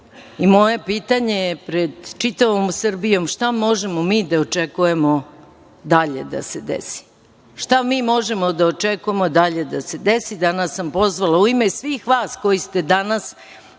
pitanje je pred čitavom Srbijom – šta možemo mi da očekujemo dalje da se desi? Šta mi možemo da očekujemo dalje da se desi? Danas sam pozvala u ime svih vas koji ste danas